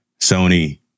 Sony